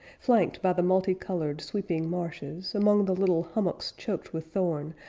flanked by the multi-colored sweeping marshes, among the little hummocks choked with thorn,